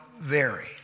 vary